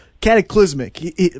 Cataclysmic